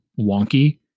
wonky